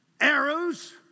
Arrows